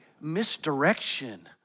misdirection